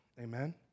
Amen